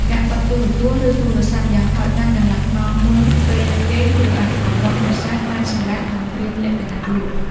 ការបិទទូរទស្សន៍ឬទូរស័ព្ទយ៉ាងហោចណាស់កន្លះម៉ោងមុនពេលគេងជួយឱ្យប្រព័ន្ធប្រសាទបានសម្រាកនិងត្រៀមលក្ខណៈលក់។